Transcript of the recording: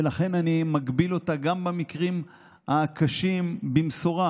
ולכן אני מגביל אותה גם במקרים הקשים, במשורה,